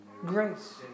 Grace